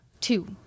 Two